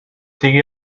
sigui